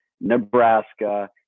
Nebraska –